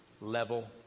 level